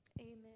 Amen